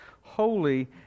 holy